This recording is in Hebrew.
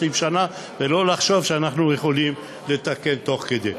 שנה ולא לחשוב שאנחנו יכולים לתקן תוך כדי.